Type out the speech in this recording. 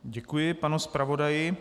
Děkuji panu zpravodaji.